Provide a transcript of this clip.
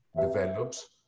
develops